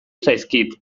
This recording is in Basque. zaizkit